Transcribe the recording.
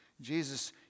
Jesus